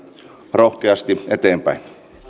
rohkeasti eteenpäin